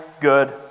good